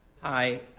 Hi